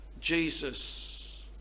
Jesus